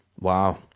wow